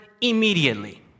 immediately